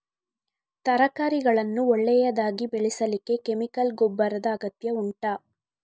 ತರಕಾರಿಗಳನ್ನು ಒಳ್ಳೆಯದಾಗಿ ಬೆಳೆಸಲಿಕ್ಕೆ ಕೆಮಿಕಲ್ ಗೊಬ್ಬರದ ಅಗತ್ಯ ಉಂಟಾ